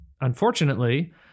unfortunately